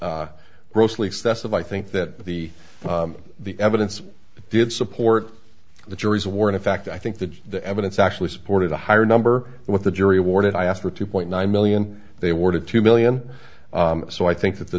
not grossly excessive i think that the the evidence did support the juries were in fact i think that the evidence actually supported a higher number what the jury awarded i asked for two point nine million they were to two million so i think that the